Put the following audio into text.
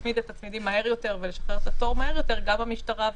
אולי מנציג של הבט"פ או המשטרה.